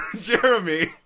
Jeremy